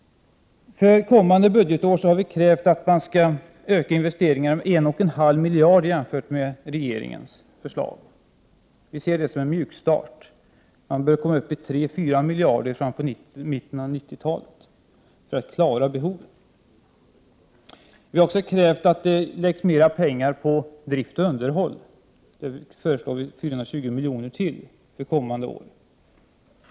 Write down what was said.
För kommande budgetår har vi krävt att man skall öka investeringarna med 1,5 miljarder jämfört med regeringens förslag. Vi ser detta som en mjukstart. Man bör komma upp till 3 eller 4 miljarder fram till mitten av 1990-talet för att klara behoven. Vi har också krävt att det läggs mera pengar på drift och underhåll — för kommande år föreslår vi 420 miljoner till.